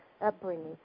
upbringing